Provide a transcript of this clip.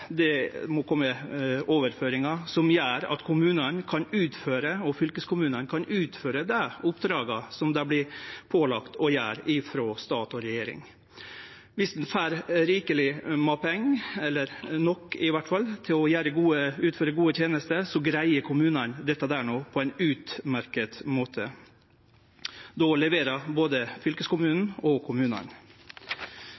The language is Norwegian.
Det må kome overføringar som gjer at kommunane og fylkeskommunane kan utføre dei oppdraga som dei vert pålagde frå stat og regjering. Viss ein får rikeleg med pengar, eller i alle fall nok til å utføre gode tenester, greier kommunane dette på ein utmerkt måte. Då leverer både